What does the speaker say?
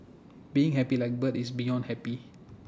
being happy like bird is beyond happy